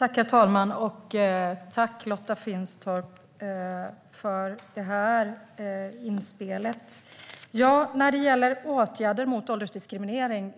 Herr talman! Tack, Lotta Finstorp, för det inspelet! När det gäller åtgärder mot åldersdiskriminering